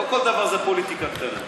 לא כל דבר זה פוליטיקה קטנה.